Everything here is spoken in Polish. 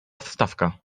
wstawka